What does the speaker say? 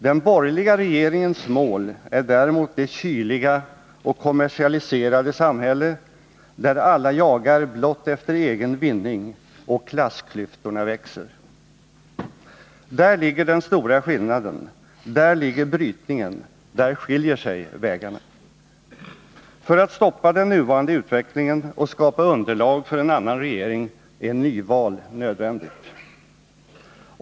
Den borgerliga regeringens mål är däremot det kyliga och kommersialiserade samhälle där alla jagar blott efter egen vinning och klassklyftorna växer. Där ligger den stora skillnaden, där ligger brytningen, där skiljer sig vägarna. För att stoppa den nuvarande utvecklingen och skapa underlag för en annan regering är nyval nödvändigt.